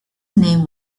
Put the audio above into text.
name